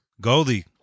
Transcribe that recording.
Goldie